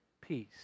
peace